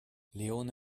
leone